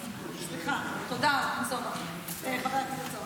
תודה, חבר הכנסת סובה.